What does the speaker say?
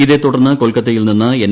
ഇതേത്തുടർന്ന് കൊൽക്കത്തയിൽ നിന്ന് എൻ